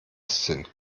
sind